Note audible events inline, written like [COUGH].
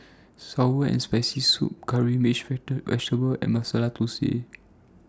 Sour and Spicy Soup Curry Mixed [UNINTELLIGIBLE] Vegetable and Masala Thosai